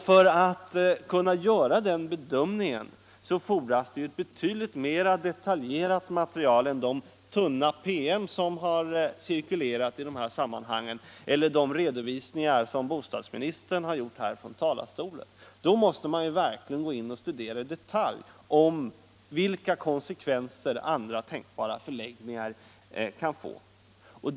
För att kunna göra den bedömningen fordras ett betydligt mer detaljerat material än de tunna PM som cirkulerat eller de redovisningar som bostadsministern gjort från talarstolen. Då måste man verkligen sätta i gång med att i detalj studera vilka konsekvenser andra tänkbara förläggningar kan få.